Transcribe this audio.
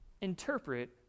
interpret